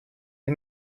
you